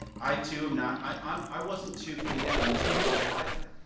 i too am not, i um i wasn't to feed in on this proposal either.